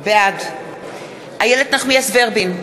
בעד איילת נחמיאס ורבין,